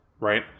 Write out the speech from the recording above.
right